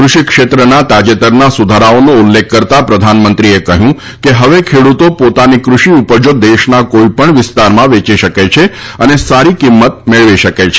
કુષિ ક્ષેત્રના તાજેતરના સુધારાઓનો ઉલ્લેખ કરતા પ્રધાનમંત્રીએ કહ્યું કે હવે ખેડૂતો પોતાની કૃષિ ઉપજો દેશના કોઈપણ વિસ્તારમાં વેચી શકે છે અને સારી કિંમત મેળવી શકે છે